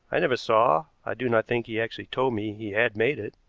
i never saw, i do not think he actually told me he had made it.